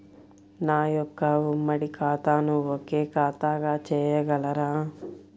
నా యొక్క ఉమ్మడి ఖాతాను ఒకే ఖాతాగా చేయగలరా?